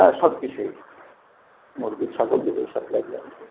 হ্যাঁ সব কিছুই মুরগি ছাগল দুটোই সাপ্লাই দেওয়া হয়